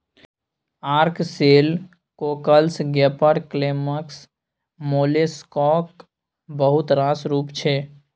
ark shell, cockles, gaper clams molluscs बहुत रास रुप छै